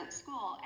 school